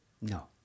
no